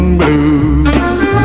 blues